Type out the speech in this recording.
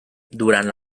durant